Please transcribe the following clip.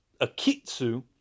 Akitsu